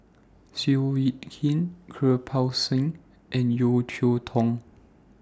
Seow Yit Kin Kirpal Singh and Yeo Cheow Tong